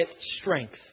strength